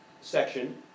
section